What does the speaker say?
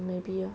maybe loh